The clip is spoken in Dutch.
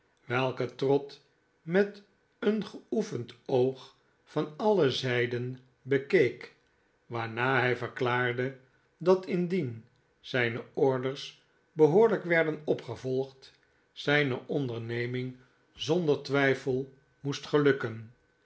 welke trott met een geoefend oog van alle zijden bekeek waarna hij verklaarde dat indien zijne orders behoorlijk werden opgevolgd zyne onderneming zonder twijfel moest gelukken